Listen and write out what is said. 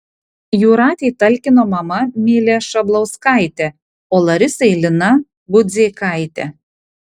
jūratei talkino mama milė šablauskaitė o larisai lina budzeikaitė